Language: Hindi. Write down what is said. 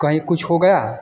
कहीं कुछ हो गया